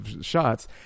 shots